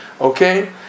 okay